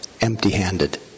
empty-handed